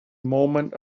moment